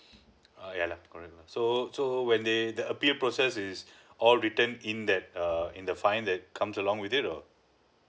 uh yeah lah correct correct so so when they the appeal process is all written in that err in the fine that comes along with it or